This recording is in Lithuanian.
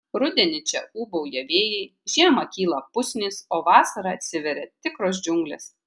rudenį čia ūbauja vėjai žiemą kyla pusnys o vasarą atsiveria tikros džiunglės